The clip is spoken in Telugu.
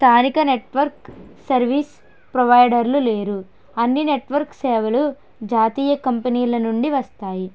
స్థానిక నెట్వర్క్ సర్వీస్ ప్రొవైడర్లు లేరు అన్ని నెట్వర్క్ సేవలు జాతీయ కంపెనీల నుండి వస్తాయి